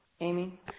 Amy